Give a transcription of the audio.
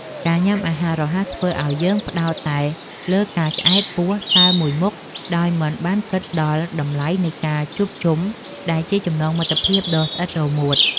ការញ៉ាំអាហាររហ័សធ្វើឲ្យយើងផ្តោតតែលើការឆ្អែតពោះតែមួយមុខដោយមិនបានគិតដល់តម្លៃនៃការជួបជុំដែលជាចំណងមិត្តភាពដ៏ស្អិតរមួត។